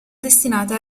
destinata